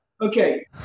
Okay